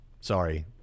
Sorry